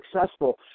successful